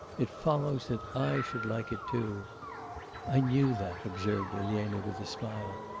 it follows that i should like it too i knew that observed elena with a smile,